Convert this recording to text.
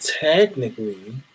technically